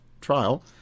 trial